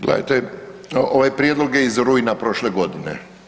Gledajte, ovaj prijedlog je iz rujna prošle godine.